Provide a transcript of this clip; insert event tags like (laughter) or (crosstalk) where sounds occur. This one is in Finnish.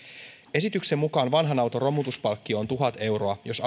esityksen mukaan vanhan auton romutuspalkkio on tuhat euroa jos (unintelligible)